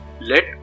let